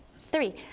three